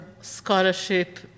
scholarship